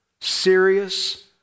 serious